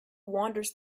wanders